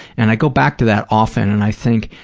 and i go back to that often and i think,